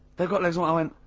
they've got legs ah i went,